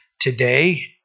Today